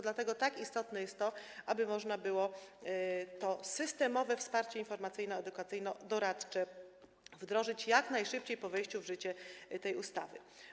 Dlatego tak istotne jest to, aby można było to systemowe wsparcie informacyjno-edukacyjno-doradcze wdrożyć jak najszybciej po wejściu w życie tej ustawy.